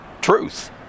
truth